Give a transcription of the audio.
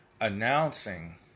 announcing